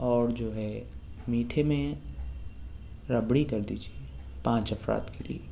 اور جو ہے میٹھے میں ربڑی کر دیجیے پانچ افراد کے لیے